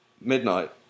midnight